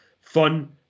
fun